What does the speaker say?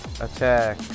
Attack